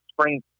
spring